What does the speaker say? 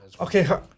Okay